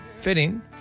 Fitting